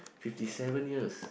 fifty seven years